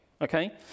okay